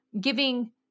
giving